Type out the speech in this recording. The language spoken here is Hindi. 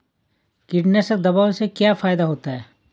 कीटनाशक दवाओं से क्या फायदा होता है?